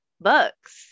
books